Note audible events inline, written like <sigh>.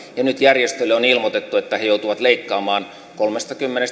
ja nyt järjestöille on ilmoitettu että he joutuvat leikkaamaan kolmekymmentä <unintelligible>